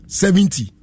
seventy